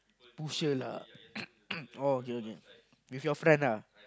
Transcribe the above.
lah oh okay okay with your friend lah